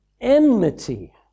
enmity